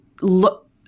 look